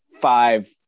five